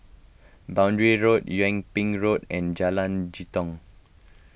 Boundary Road Yung Ping Road and Jalan Jitong